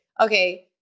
okay